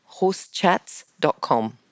Horsechats.com